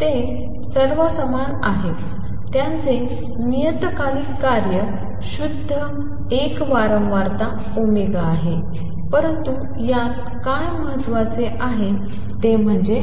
ते सर्व समान आहेत त्यांचे नियतकालिक कार्य शुद्ध एकल वारंवारता ओमेगा आहे परंतु यात काय महत्वाचे आहे ते म्हणजे